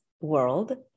world